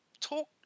talk